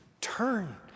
turn